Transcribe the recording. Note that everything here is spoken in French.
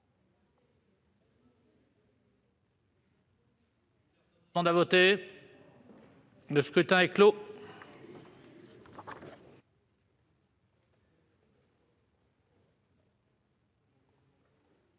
Le scrutin est clos.